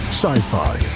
sci-fi